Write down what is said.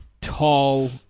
tall